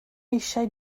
eisiau